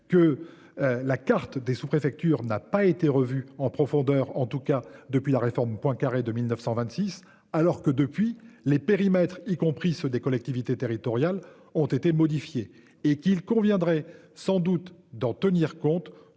que. La carte des sous-, préfectures n'a pas été revue en profondeur, en tout cas depuis la réforme Poincaré de 1926 alors que depuis les périmètres, y compris ceux des collectivités territoriales ont été modifiés et qu'il conviendrait sans doute d'en tenir compte,